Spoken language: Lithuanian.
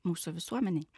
mūsų visuomenėj